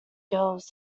girls